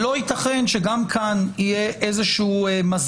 לא ייתכן שגם כאן יהיה מזל,